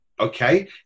okay